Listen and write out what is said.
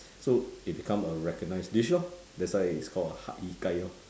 so it become a recognized dish lor that's why it's called hak-yi-kai lor